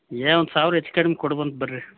ಏ ಒಂದು ಸಾವಿರ ಹೆಚ್ ಕಡ್ಮೆ ಕೊಡ್ಬೋದಂತೆ ಬರ್ರಿ